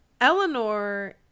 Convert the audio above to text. Eleanor